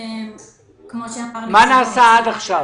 כמו שאמר נציג משרד האוצר,